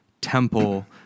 temple